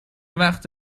وقت